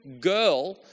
girl